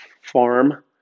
farm